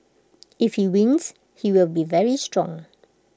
if you wins he will be very strong